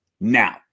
now